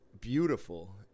beautiful